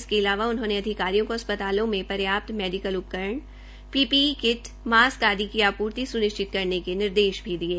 इसके अलावा उन्होंने अधिकारियों को अस्पतालों में प्रयाप्त मेडीकल उपकरण पीपीई किटें मास्क आदि की आपूर्ति सुनिश्चित करने के निर्देश भी दिये